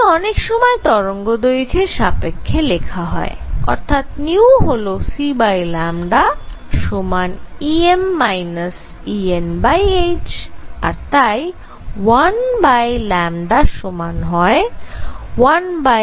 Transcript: একে অনেক সময় তরঙ্গদৈর্ঘ্যের সাপেক্ষে লেখা হয় অর্থাৎ হল cλ সমান Em Enh আর তাই 1λ সমান হয় 1hc